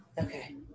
okay